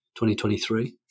2023